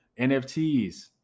NFTs